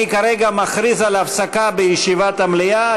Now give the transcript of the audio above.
אני כרגע מכריז על הפסקה בישיבת המליאה.